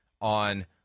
on